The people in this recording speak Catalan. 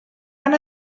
van